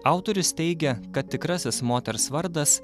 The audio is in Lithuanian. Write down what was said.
autorius teigia kad tikrasis moters vardas